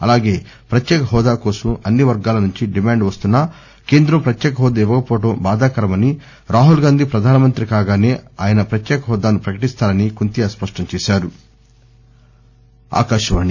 అలాగే ప్రత్యేక హోదా కోసం అన్ని వర్గాల నుంచి డిమాండ్ వస్తున్నా కేంద్రం ప్రత్యేక హోదా ఇవ్వకపోవడం బాధాకరమని రాహుల్ గాంధీ ప్రధాని కాగానే ఆయన ప్రత్యేక హోదాను ప్రకటిస్తారని కుంతియా స్పష్టం చేశారు